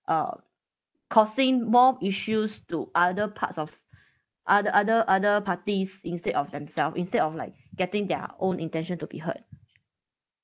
uh causing more issues to other parts of other other other parties instead of themselves instead of like getting their own intention to be heard